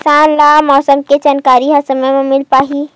किसान ल मौसम के जानकारी ह समय म मिल पाही?